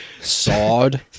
sawed